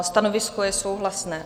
Stanovisko je souhlasné.